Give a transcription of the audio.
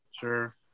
sure